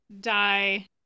die